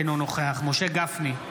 אינו נוכח משה גפני,